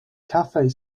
cafe